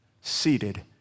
seated